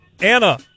Anna